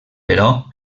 però